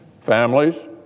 families